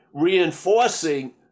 reinforcing